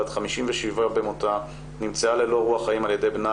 בת 57 במותה נמצאה ללא רוח חיים על ידי בנה